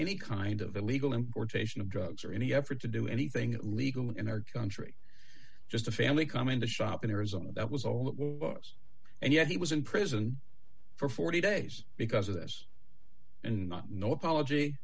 any kind of illegal importation of drugs or any effort to do anything illegal in our country just a family coming to shop in arizona that was all that was and yet he was in prison for forty days because of this and not no apology